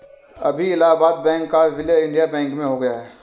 अभी इलाहाबाद बैंक का विलय इंडियन बैंक में हो गया है